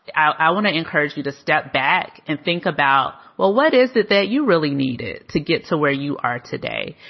i want to encourage you to step back and think about, well, what is that? that you really need it to get to where you are today.